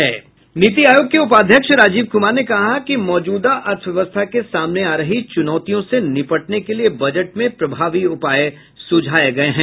नीति आयोग के उपाध्यक्ष राजीव कुमार ने कहा कि मौजूदा अर्थव्यवस्था के सामने आ रही चुनौतियों से निपटने के लिए बजट में प्रभावी उपाय सुझाए गए हैं